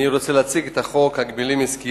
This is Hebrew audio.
אני רוצה להציג את חוק ההגבלים העסקיים.